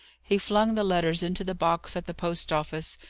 he flung the letters into the box at the post-office,